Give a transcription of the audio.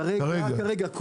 כרגע.